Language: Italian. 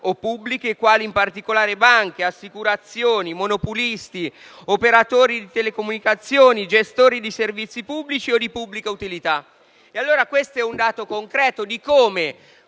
pubbliche, quali in particolare banche, assicurazioni, monopolisti, operatori di telecomunicazioni, gestori di servizi pubblici o di pubblica utilità. Questo è un dato concreto di come